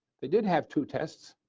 they did have two tests.